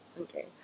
Okay